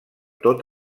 tot